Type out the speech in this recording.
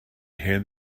hen